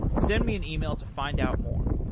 send me an email to find out more,